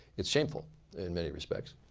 it's shameful in many respects.